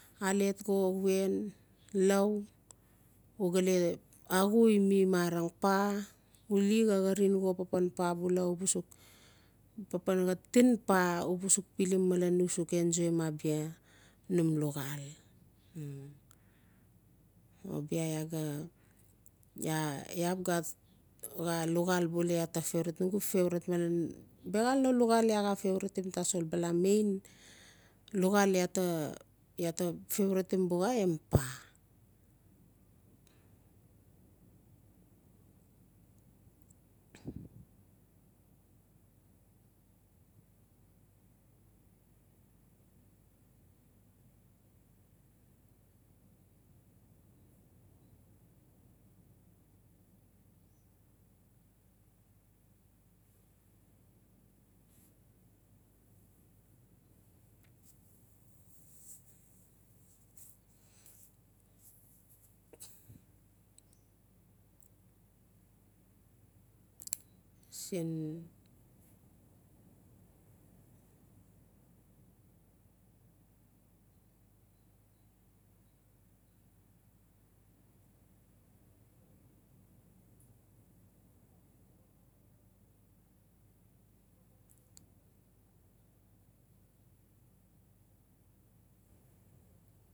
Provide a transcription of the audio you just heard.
Alet xo wien lau uga le axui mi marang paa uli xa xarin xo papan paa bula u ba suk papan xa tin pas uba suk pilim malen u suk enjoyim num luxaal o bia iaa ga iaa-iaaxap gat xaa luxaal bua iaa ta favourtitim biaxal no luxaal iaa xaa faourtitim tasol bala main luxaal iaa ta favouritim buxai em paa